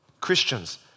Christians